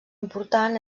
important